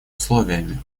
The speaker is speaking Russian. условиями